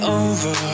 over